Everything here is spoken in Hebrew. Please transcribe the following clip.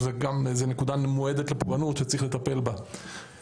כמו כל אחד מהיישובים שצריך לקבל את השירותים ברמה של אזורי